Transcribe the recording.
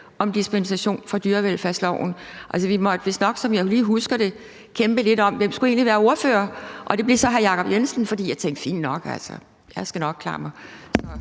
om dispensation fra dyrevelfærdsloven. Vi måtte vistnok, som jeg lige husker det, kæmpe lidt om, hvem der egentlig skulle være ordfører, og det blev jo så hr. Jacob Jensen, fordi jeg tænkte: Fint nok, altså, jeg skal nok klare mig,